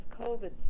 COVID